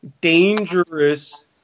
dangerous